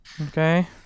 Okay